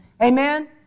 Amen